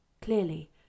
clearly